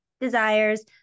desires